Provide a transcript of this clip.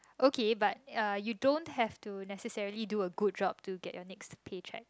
okay but uh you don't have to necessarily do a good job to get your next paycheck